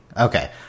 Okay